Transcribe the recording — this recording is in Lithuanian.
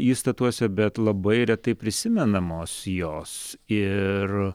įstatuose bet labai retai prisimenamos jos ir